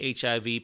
HIV